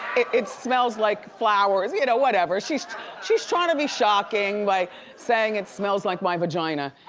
it smells like flowers, you know. whatever. she's she's trying to be shocking by saying. it smells like my vagina.